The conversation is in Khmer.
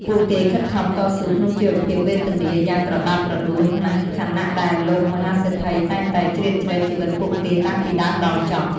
ពួកគេខិតខំតស៊ូក្នុងជីវភាពវេទនាយ៉ាងត្រដាបត្រដួសណាស់ខណៈ ដែលលោកមហាសេដ្ឋីតែងតែជ្រៀតជ្រែកជីវិតពួកគេតាំងពីដើមដល់ចប់។